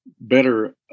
better